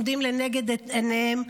עומדים לנגד עיניהם,